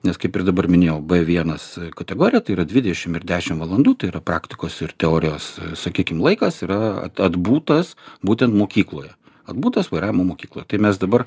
nes kaip ir dabar minėjau b vienas kategoriją tai yra videšimt ir dešimt valandų tai yra praktikos ir teorijos sakykim laikas yra atbūtas būtent mokykloje atbūtas vairavimo mokykloj tai mes dabar